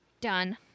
Done